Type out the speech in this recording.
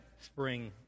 spring